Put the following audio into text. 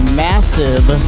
massive